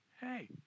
hey